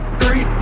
three